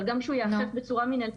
אבל גם שהוא ייאכף בצורה מנהלתית.